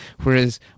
Whereas